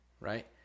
Right